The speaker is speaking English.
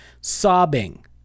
sobbing